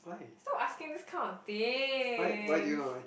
stop asking these kind of things